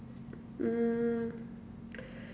mm